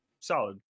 solid